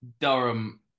Durham